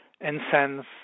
incense